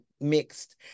mixed